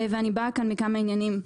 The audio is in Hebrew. ואני באה לכאן עם כמה עניינים.